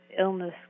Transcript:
illness